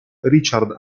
richard